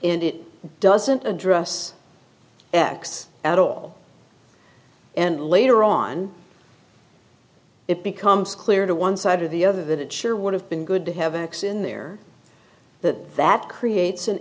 and it doesn't address x at all and later on it becomes clear to one side or the other that it sure would have been good to have x in there that that creates an